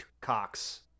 Cox